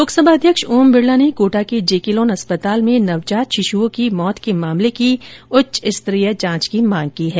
लोकसभा अध्यक्ष ओम बिरला ने कोटा के जेके लॉन अस्पताल में नवजात शिशुओं की मौत के मामले की उच्च स्तरीय जांच की मांग की है